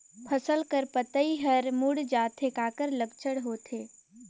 फसल कर पतइ हर मुड़ जाथे काकर लक्षण होथे?